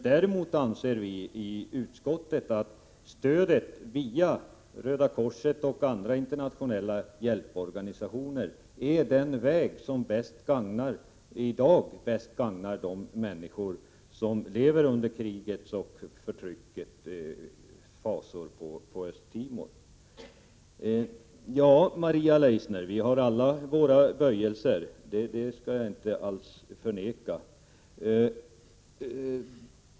Däremot anser vi i utskottet att stödet via Röda korset och andra internationella hjälporganisationer är den väg som i dag bäst gagnar de människor som lever under krigets och förtryckets fasor på Östtimor. Ja, Maria Leissner, vi har alla våra böjelser. Det skall jag inte alls förneka.